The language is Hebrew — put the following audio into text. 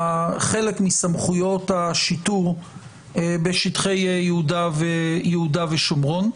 חלק מסמכויות השיטור בשטחי יהודה ושומרון.